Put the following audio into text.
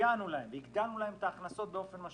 סייענו להן, הגדלנו להן את ההכנסות באופן משמעותי.